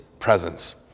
presence